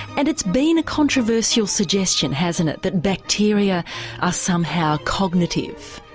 and it's been a controversial suggestion, hasn't it, that bacteria are somehow cognitive.